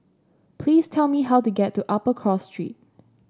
please tell me how to get to Upper Cross Street